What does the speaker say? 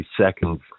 seconds